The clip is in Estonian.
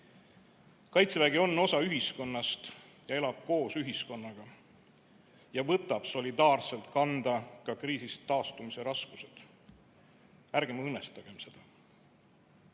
Kaitsevägi on osa ühiskonnast, elab koos ühiskonnaga ja võtab solidaarselt kanda ka kriisist taastumise raskused. Ärgem õõnestagem seda.